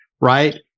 right